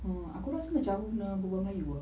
uh aku rasa macam kena berbual melayu ah